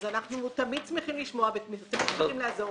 אנחנו תמיד שמחים לשמוע ותמיד שמחים לעזור.